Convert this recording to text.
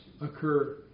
occur